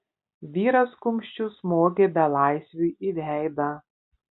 vyras kumščiu smogė belaisviui į veidą